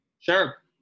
Sure